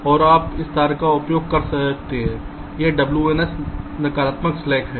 और आप इस तार का उपयोग कर सकते हैं यह WNS नकारात्मक स्लैक है